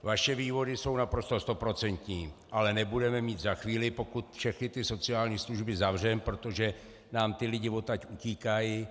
Vaše vývody jsou naprosto stoprocentní, ale nebudeme mít za chvíli, pokud všechny ty sociální služby zavřeme, protože nám ti lidé odtud utíkají.